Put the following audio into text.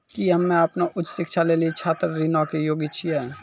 कि हम्मे अपनो उच्च शिक्षा लेली छात्र ऋणो के योग्य छियै?